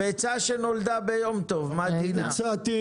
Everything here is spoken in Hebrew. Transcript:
שפעת העופות,